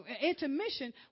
intermission